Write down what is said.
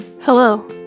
Hello